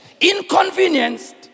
inconvenienced